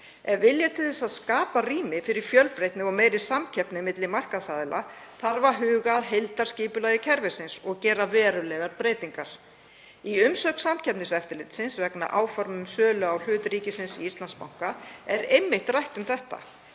Ef vilji er til að skapa rými fyrir fjölbreytni og meiri samkeppni milli markaðsaðila þarf að huga að heildarskipulagi kerfisins og gera verulegar breytingar. Í umsögn Samkeppniseftirlitsins vegna áforma um sölu á hlut ríkisins í Íslandsbanka er einmitt rætt um þetta.